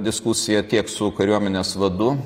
diskusiją tiek su kariuomenės vadu